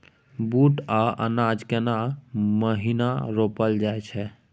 बूट आ चना केना महिना रोपल जाय छै?